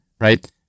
right